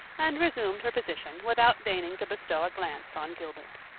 and resumed her position without deigning to bestow a glance on gilbert.